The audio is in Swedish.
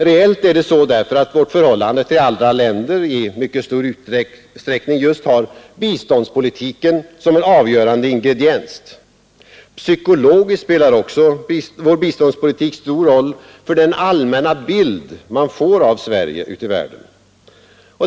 Reellt är det så därför att vårt förhållande till andra länder i mycket stor utsträckning just har biståndspolitiken som en avgörande ingrediens. Psykologiskt spelar också vår biståndspolitik stor roll för den allmänna bild man får av Sverige ute i världen.